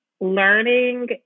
learning